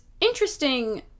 interesting